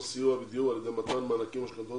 סיוע בדיור ע"י מתן מענקים ומשכנתאות